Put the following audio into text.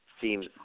seems